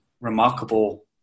remarkable